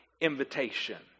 invitation